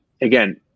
again